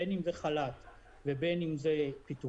בין אם זה חל"ת ובין אם זה פיטורין,